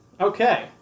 Okay